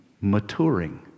maturing